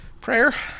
prayer